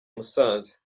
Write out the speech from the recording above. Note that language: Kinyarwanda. musanze